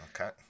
Okay